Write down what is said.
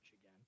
again